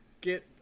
get